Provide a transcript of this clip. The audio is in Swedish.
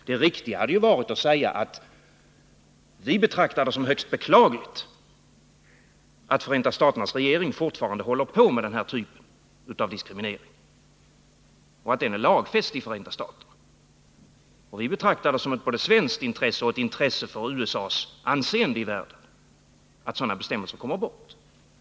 Det riktiga hade varit att säga, att vi betraktar det som högst beklagligt att Förenta staternas regering fortfarande håller på med den här typen av diskriminering och att den är lagfäst i Förenta staterna. Vi betraktar det både som ett svenskt intresse och som ett intresse när det gäller USA:s anseende i världen att sådana bestämmelser kommer bort.